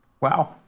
Wow